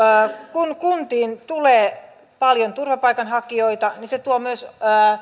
kun kuntiin tulee paljon turvapaikanhakijoita niin se tuo myös